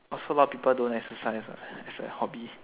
also a lot of people don't exercise as a hobby